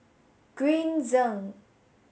Green Zeng